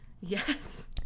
Yes